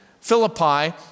Philippi